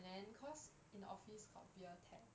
and then cause in the office got beer tap